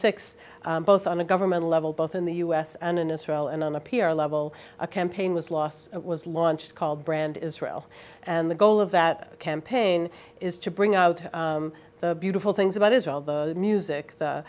six both on a governmental level both in the us and in a surreal and on a p r level a campaign was los was launched called brand israel and the goal of that campaign is to bring out the beautiful things about israel the music the